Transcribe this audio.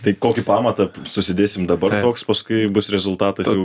tai kokį pamatą susidėsim dabar toks paskui bus rezultatas jau